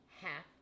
half